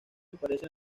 aparece